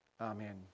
Amen